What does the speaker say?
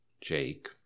Jake